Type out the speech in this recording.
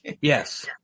Yes